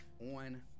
on